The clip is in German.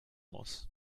muss